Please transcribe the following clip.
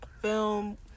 film